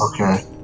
Okay